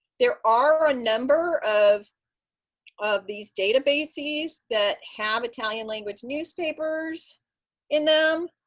there are a number of of these databases that have italian language newspapers in them.